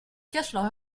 cachent